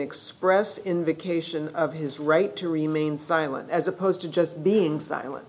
express invocation of his right to remain silent as opposed to just being silent